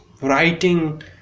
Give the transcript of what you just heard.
writing